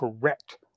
correct